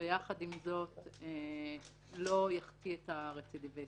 ועם זאת לא יחטיא את הרצידיוויסטים.